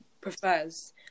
prefers